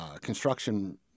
construction